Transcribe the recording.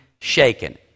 shaken